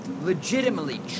legitimately